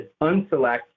unselect